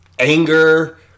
Anger